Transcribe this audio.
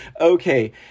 Okay